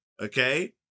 Okay